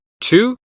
Two